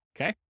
Okay